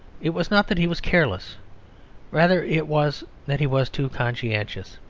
it was not that he was careless rather it was that he was too conscientious.